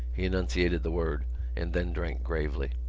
he enunciated the word and then drank gravely.